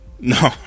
No